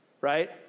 right